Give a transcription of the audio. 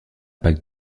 pack